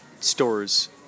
stores